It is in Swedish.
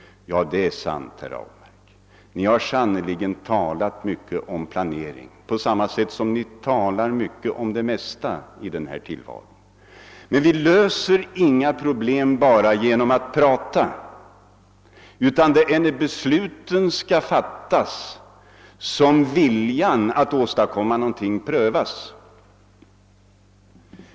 Ja, det är sant, herr Ahlmark, ni har sannerligen talat mycket om planering på samma sätt som ni talar mycket om det mesta. Men vi löser inga problem bara genom att prata; det är när besluten skall fattas som viljan att åstadkomma. något prövas.